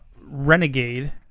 Renegade